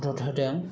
मदद होदों